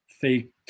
fake